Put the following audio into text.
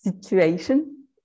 situation